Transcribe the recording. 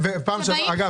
אגב,